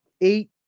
eight